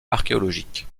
archéologique